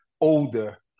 older